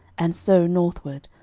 and so northward,